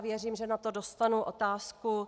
Věřím, že na to dostanu otázku.